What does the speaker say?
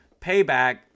payback